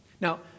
Now